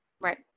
Right